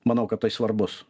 manau kad tai svarbus